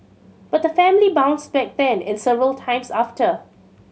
but the family bounced back then and several times after